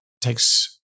takes